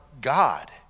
God